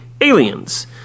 aliens